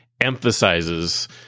emphasizes